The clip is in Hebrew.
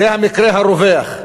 זה המקרה הרווח.